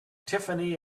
tiffany